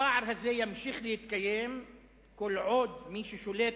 הפער הזה ימשיך להתקיים כל עוד מי ששולט